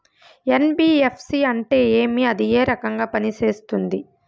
NBFC అంటే ఏమి అది ఏ రకంగా పనిసేస్తుంది